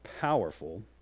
powerful